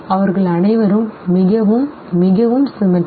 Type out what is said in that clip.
அவர்கள் அனைவரும் மிகவும் மிகவும் symmetrical சரி